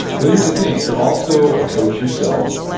but here's the thing, you're also a coach yourself,